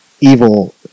evil